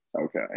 okay